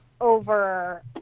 over